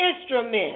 instruments